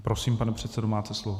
Prosím, pane předsedo, máte slovo.